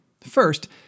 First